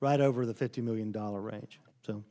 right over the fifty million dollar range so